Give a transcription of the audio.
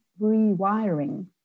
rewiring